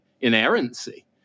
inerrancy